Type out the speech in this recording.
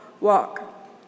walk